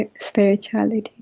spirituality